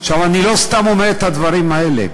אני לא סתם אומר את הדברים האלה.